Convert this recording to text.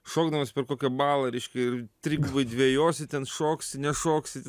šokdamas per kokią balą reiškia ir trigubai dvejosi ten šoksi nešoksi tenai